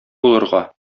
булырга